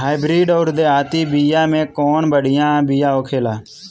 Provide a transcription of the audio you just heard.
Hybrid अउर देहाती बिया मे कउन बढ़िया बिया होखेला?